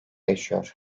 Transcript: yaşıyor